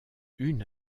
une